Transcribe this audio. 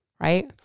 Right